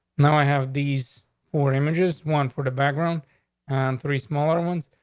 now, i have these four images, one for the background and three smaller ones.